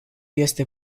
este